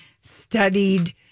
studied